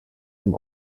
dem